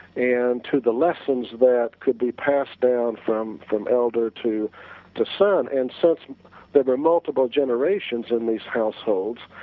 and to the lessons that could be passed down from from elder to to son and such there were multiple generations in these households,